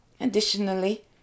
Additionally